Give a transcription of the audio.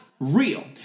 real